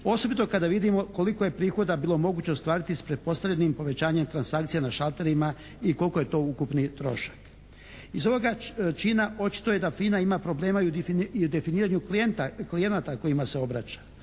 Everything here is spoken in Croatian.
osobito kada vidimo koliko je prihoda bilo moguće ostvariti s pretpostavljenim povećanjem transakcije na šalterima i koliko je to ukupni trošak. Iz ovoga čina očito je da FINA ima problema i u definiranju klijenata kojima se obraća.